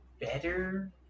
better